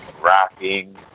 rocking